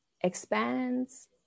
expands